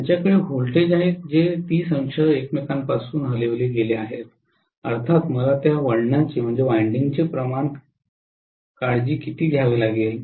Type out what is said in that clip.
त्यांच्याकडे व्होल्टेज आहेत जे 300 एकमेकांपासून हलविले गेले आहेत अर्थात मला त्या वळणाचे प्रमाण काळजी घ्यावे लागेल